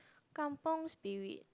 Kampung Spirit